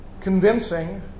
convincing